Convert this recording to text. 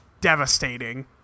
devastating